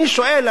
אני שואל,